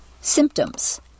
Symptoms